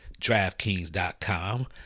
DraftKings.com